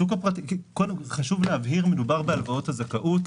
חשוב להבהיר, מדובר בהלוואות הזכאות.